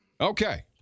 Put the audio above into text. Okay